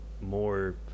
more